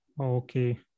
Okay